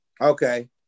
Okay